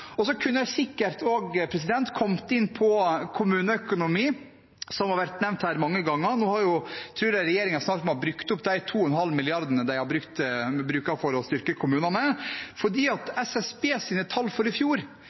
og virkemidlene som vi diskuterer i denne saken. Jeg kunne sikkert også kommet inn på kommuneøkonomi, som har vært nevnt her mange ganger. Jeg tror regjeringen snart må ha brukt opp de 2,5 mrd. kr de bevilget for å styrke kommunene, for SSBs tall for i fjor